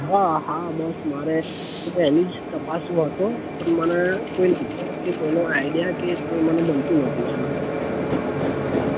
હ હા બસ મારે હું એની જ તપાસમાં હતો તો મને નંબર કે કોઈ આઈડિયા કે મને મળતું ન હતું એમ